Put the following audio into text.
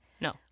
No